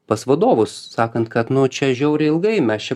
pas vadovus sakant kad nu čia žiauriai ilgai mes čia